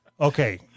Okay